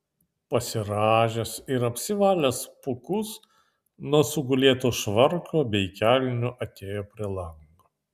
pasirąžęs ir apsivalęs pūkus nuo sugulėto švarko bei kelnių atėjo prie lango